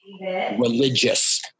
religious